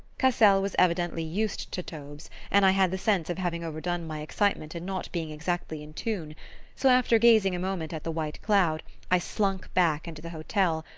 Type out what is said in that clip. cassel was evidently used to taubes, and i had the sense of having overdone my excitement and not being exactly in tune so after gazing a moment at the white cloud i slunk back into the hotel,